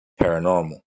paranormal